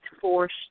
forced